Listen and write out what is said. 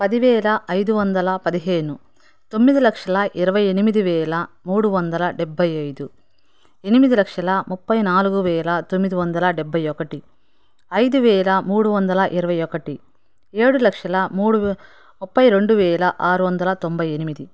పదివేల ఐదు వందల పదిహేను తొమ్మిది లక్షల ఇరవై ఎనిమిది వేల మూడు వందల డెబ్బై ఐదు ఎనిమిది లక్షల ముప్పై నాలుగు వేల తొమ్మిది వందల డెబ్బై ఒకటి ఐదు వేల మూడు వందల ఇరవై ఒకటి ఏడు లక్షల మూడు ముప్పై రెండు వేల ఆరు వందల తొంభై ఎనిమిది